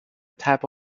type